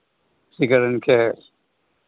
ठीक है उनके